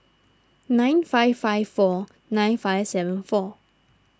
nine five five four nine five seven four